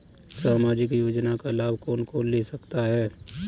सामाजिक योजना का लाभ कौन कौन ले सकता है?